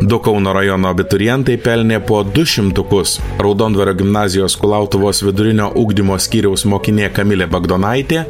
du kauno rajono abiturientai pelnė po du šimtukus raudondvario gimnazijos kulautuvos vidurinio ugdymo skyriaus mokinė kamilė bagdonaitė